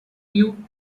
you